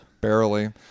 Barely